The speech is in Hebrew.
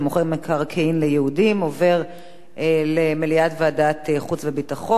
מקרקעין ליהודים" עובר למליאת ועדת חוץ וביטחון.